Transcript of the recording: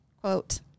quote